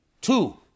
Two